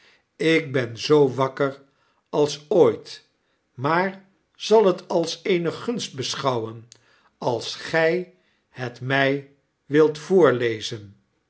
ik ben zoo wakker als ooit maar zal het als leene gunst beschouwen als gij het mij wilt voorttezen